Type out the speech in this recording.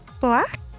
Black